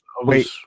wait